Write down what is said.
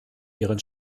ihren